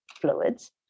fluids